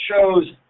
shows